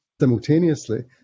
simultaneously